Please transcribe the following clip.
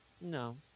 No